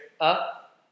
up